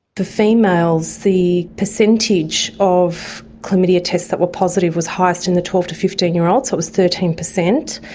the females, the percentage of chlamydia tests that were positive was highest in the twelve to fifteen year olds, so it was thirteen percent.